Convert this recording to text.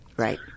Right